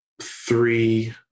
Three